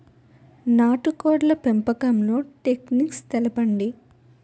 నాటుకోడ్ల పెంపకంలో టెక్నిక్స్ తెలుపండి?